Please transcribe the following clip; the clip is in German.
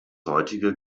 heutige